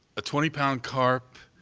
a twenty pound carp